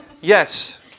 Yes